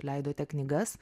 leidote knygas